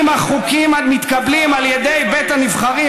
אם החוקים המתקבלים על ידי בית הנבחרים,